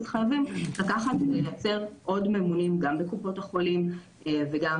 אז חייבים לקחת עוד ממונים גם בקופות